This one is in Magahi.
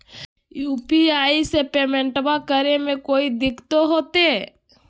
यू.पी.आई से पेमेंटबा करे मे कोइ दिकतो होते?